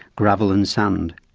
gravel and sand.